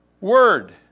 Word